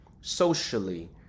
socially